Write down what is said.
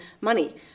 money